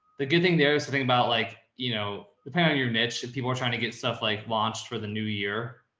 the good thing, there is something about like, you know, depending on your niche, if people are trying to get stuff like launched for the new year,